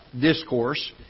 discourse